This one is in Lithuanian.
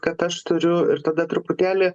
kad aš turiu ir tada truputėlį